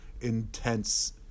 intense